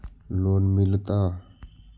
Loan मिलता?